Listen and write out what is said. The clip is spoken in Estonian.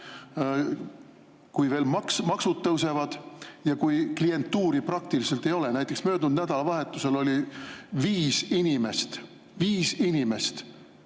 kui maksud tõusevad ja klientuuri praktiliselt ei ole? Näiteks möödunud nädalavahetusel oli seal viis inimest, viis inimest